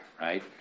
right